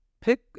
pick